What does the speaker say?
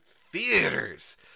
theaters